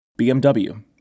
BMW